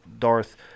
Darth